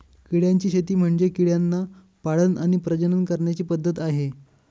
किड्यांची शेती म्हणजे किड्यांना पाळण आणि प्रजनन करण्याची पद्धत आहे